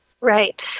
Right